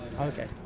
Okay